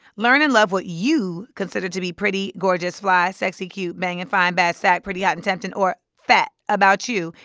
learn and love what you consider to be pretty, gorgeous, fly, sexy, cute, banging, and fine, bad, stacked, pretty, hot and tempting or phat about you.